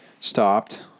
stopped